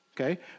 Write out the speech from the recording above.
Okay